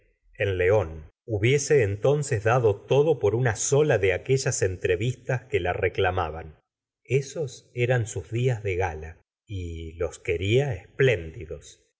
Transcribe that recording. en león hubiese entonces dado todo por una sola de aquellas entrevistas que la reclamaban esos eran sus dlas de gala y los quería